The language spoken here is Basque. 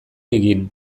egin